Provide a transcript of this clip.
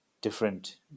different